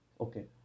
okay